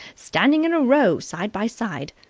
standing in a row side by side.